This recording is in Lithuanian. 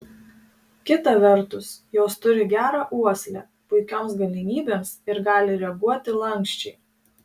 kita vertus jos turi gerą uoslę puikioms galimybėms ir gali reaguoti lanksčiai